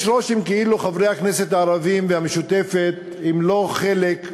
יש רושם כאילו חברי הכנסת הערבים והרשימה המשותפת הם לא חלק,